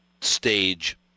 stage